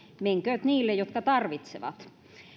menkööt niille jotka tarvitsevat